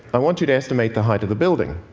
i want you to estimate the height of the building.